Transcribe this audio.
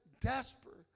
desperate